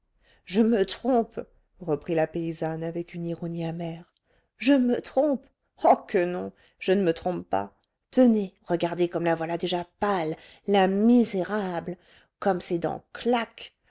je me trompe reprit la paysanne avec une ironie amère je me trompe oh que non je ne me trompe pas tenez regardez comme la voilà déjà pâle la misérable comme ses dents